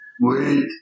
Wait